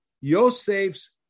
Yosef's